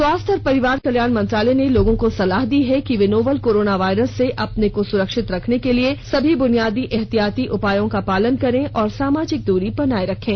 स्वास्थ्य और परिवार कल्याण मंत्रालय ने लोगों को सलाह दी है कि वे नोवल कोरोना वायरस से अपने को सुरक्षित रखने के लिए सभी बुनियादी एहतियाती उपायों का पालन करें और सामाजिक दूरी बनाए रखें